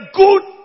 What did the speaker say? good